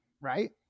right